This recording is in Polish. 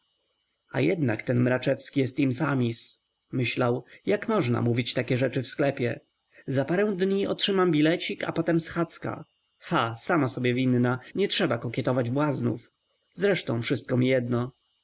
a jednak ten mraczewski jest infamis myślał jak można mówić takie rzeczy w sklepie za parę dni otrzymam bilecik a potem schadzka ha sama sobie winna nie trzeba kokietować błaznów zresztą wszystko mi jedno